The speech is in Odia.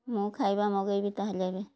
ମୁଁ ଖାଇବା ମଗେଇବି ତା'ହେଲେ ଏବେ